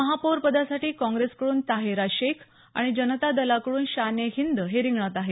महापौर पदासाठी काँग्रेस कडून ताहेरा शेख आणि जनता दलाकडून शान ए हिंद हे रिंगणात आहेत